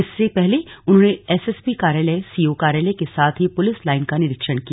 इससे पहले उन्होंने एसएसपी कार्यालय सीओ कार्यालय के साथ ही पुलिस लाइन का निरीक्षण किया